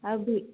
ଆଉ